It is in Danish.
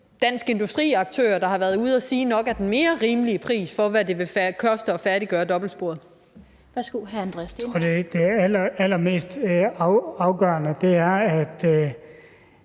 Dansk Industri jo har været ude at sige nok er den mere rimelige pris for, hvad det vil koste at færdiggøre dobbeltsporet? Kl. 19:25 Den fg. formand